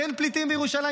כי אין פליטים בירושלים,